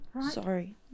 Sorry